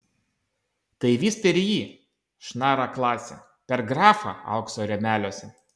tai vis per jį šnara klasė per grafą aukso rėmeliuose